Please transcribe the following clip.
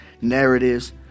narratives